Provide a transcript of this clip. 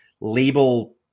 label